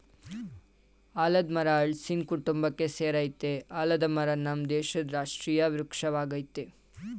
ಆಲದ್ ಮರ ಹಲ್ಸಿನ ಕುಟುಂಬಕ್ಕೆ ಸೆರಯ್ತೆ ಆಲದ ಮರ ನಮ್ ದೇಶದ್ ರಾಷ್ಟ್ರೀಯ ವೃಕ್ಷ ವಾಗಯ್ತೆ